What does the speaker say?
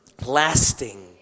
lasting